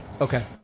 Okay